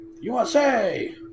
USA